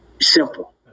simple